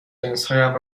لنزهایم